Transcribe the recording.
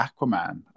Aquaman